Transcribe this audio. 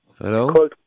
Hello